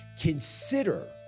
consider